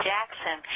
Jackson